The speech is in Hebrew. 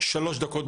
שלוש דקות,